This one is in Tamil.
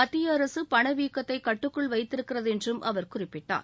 மத்திய அரசு பணவீக்கத்தை கட்டுக்குள் வைத்திருக்கிறது என்றும் அவர் குறிப்பிட்டார்